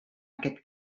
aquest